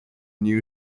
new